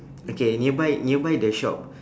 okay nearby nearby the shop